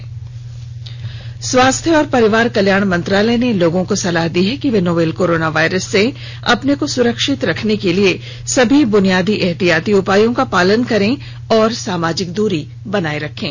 advisory स्वास्थ्य और परिवार कल्याण मंत्रालय ने लोगों को सलाह दी है कि वे नोवल कोरोना वायरस से अपने को सुरक्षित रखने के लिए सभी बुनियादी एहतियाती उपायों का पालन करें और सामाजिक दूरी बनाए रखें